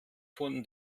von